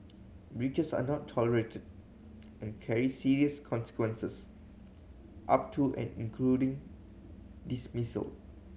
breaches are not tolerated and carry serious consequences up to and including dismissal